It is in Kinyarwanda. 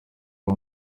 uwo